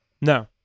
No